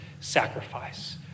sacrifice